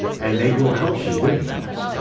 and they will help you with that.